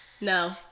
No